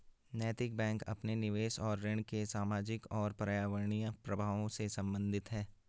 नैतिक बैंक अपने निवेश और ऋण के सामाजिक और पर्यावरणीय प्रभावों से संबंधित है